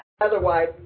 otherwise